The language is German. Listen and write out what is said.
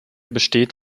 besteht